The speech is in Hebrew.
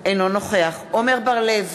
אינו נוכח עמר בר-לב,